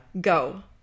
go